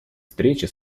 встреча